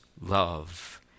love